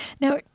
Now